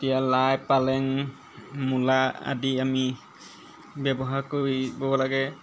এতিয়া লাই পালেং মূলা আদি আমি ব্যৱহাৰ কৰিব লাগে